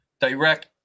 direct